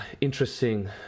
Interesting